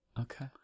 Okay